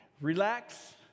relax